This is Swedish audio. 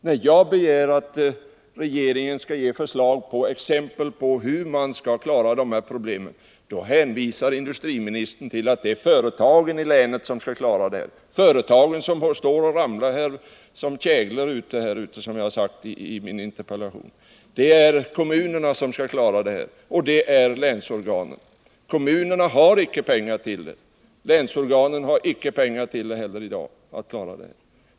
När jag begär att regeringen skall ge exempel på åtgärder för att klara dessa problem, hänvisar industriministern till att det är företagen i länet som skall klara problemen — företagen som står och faller som käglor, som jag sagt i min interpellation. Vidare är det enligt industriministern kommunerna och länsorganen som skall klara problemen. Kommunerna har inte pengar för detta ändamål, och det har i dag inte heller länsorganen.